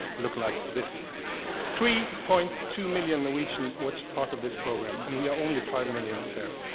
looks like this three point two million norwegians watched part of this program, and we are only five million here.